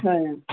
ਹਾਂ